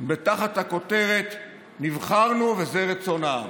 תחת הכותרת: נבחרנו וזה רצון העם.